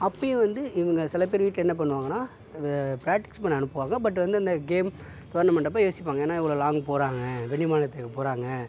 அப்போயும் வந்து இவங்க சில பேர் வீட்டில் என்ன பண்ணுவாங்கனால் ப்ராக்டிக்ஸ் பண்ண அனுப்புவாங்க பட் வந்து அந்த கேம் டோர்னமெண்ட்டப்போ யோசிப்பாங்க ஏனால் இவ்வளோ லாங் போகிறாங்க வெளி மாநிலத்துக்கு போகிறாங்க